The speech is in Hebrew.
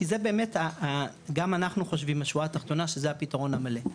כי זה באמת גם אנחנו חושבים בשורה התחתונה שזה הפתרון המלא,